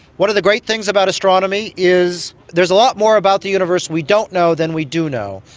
one of the great things about astronomy is there is a lot more about the universe we don't know then we do know.